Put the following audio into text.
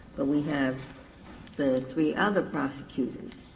but we have the three other prosecutors.